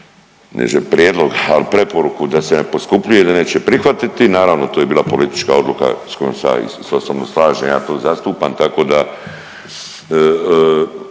nekakav prijedlog, ali preporuke da se ne poskupljuje, da neće prihvatiti. Naravno to je bila politička odluka sa kojom se ja osobno slažem, ja to zastupam tako da.